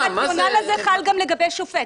הכלל הזה חל גם לגבי שופט.